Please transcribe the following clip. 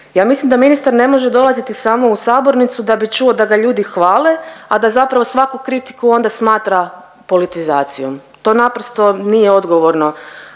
Ja mislim da ministar ne može dolaziti samo u sabornicu da bi čuo da ga ljudi hvale, a da zapravo svaku kritiku onda smatra politizacijom. To naprosto nije odgovorno